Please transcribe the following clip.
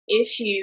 issue